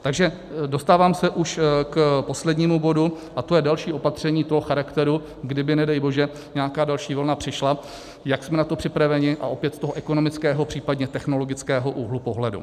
Takže dostávám se už k poslednímu bodu, a to je další opatření toho charakteru, kdyby nedej bože nějaká další vlna přišla, jak jsme na to připraveni, a opět z toho ekonomického, případně technologického úhlu pohledu.